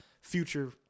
future